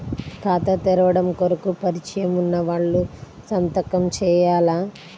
ఖాతా తెరవడం కొరకు పరిచయము వున్నవాళ్లు సంతకము చేయాలా?